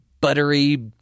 buttery